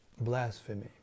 blasphemy